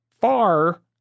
far